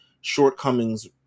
shortcomings